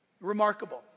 Remarkable